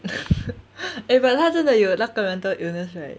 eh but 他真的有那个 mental illness right